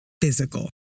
physical